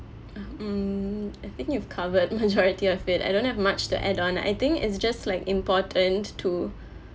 mm I think you've covered majority of it I don't have much to add on I think it's just like important to